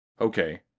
Okay